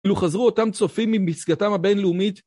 כאילו חזרו אותם צופים ממסגתם הבינלאומית.